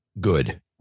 good